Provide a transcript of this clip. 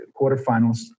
quarterfinals